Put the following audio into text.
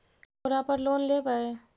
ओरापर लोन लेवै?